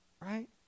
right